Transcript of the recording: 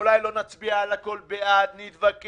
אולי לא נצביע על הכול בעד, נתווכח,